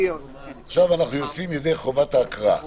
עכשיו אנחנו יוצאים ידי חובת ההקראה.